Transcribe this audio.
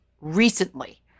recently